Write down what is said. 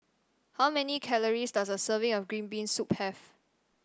how many calories does a serving of Green Bean Soup have